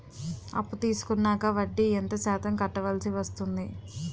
అప్పు తీసుకున్నాక వడ్డీ ఎంత శాతం కట్టవల్సి వస్తుంది?